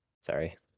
sorry